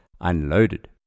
unloaded